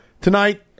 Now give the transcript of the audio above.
Tonight